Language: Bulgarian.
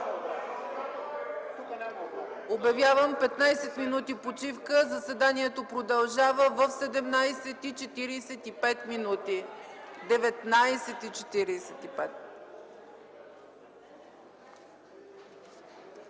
Обявявам 15 минути почивка. Заседанието продължава в 19,45 ч. (След